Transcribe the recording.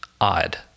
odd